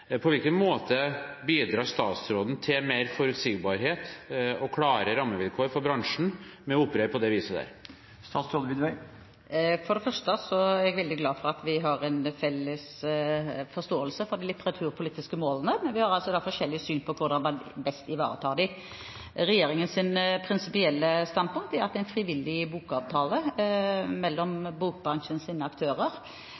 På hvilken måte bidrar statsråden til mer forutsigbarhet og klare rammevilkår for bransjen ved å opptre på det viset? For det første er jeg veldig glad for at vi har en felles forståelse for de litteraturpolitiske målene. Men vi har altså forskjellig syn på hvordan man best ivaretar dem. Regjeringens prinsipielle standpunkt er at en frivillig bokavtale